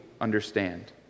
understand